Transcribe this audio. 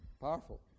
Powerful